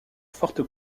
forte